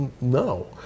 No